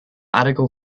article